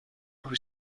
who